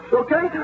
okay